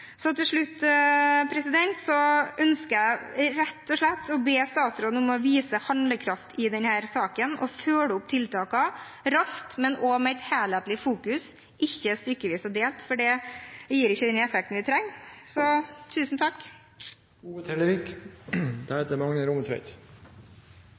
Til slutt ønsker jeg rett og slett å be statsråden vise handlekraft i denne saken og følge opp tiltakene raskt og også med et helhetlig fokus – ikke stykkevis og delt, for det gir ikke den effekten vi trenger.